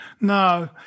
No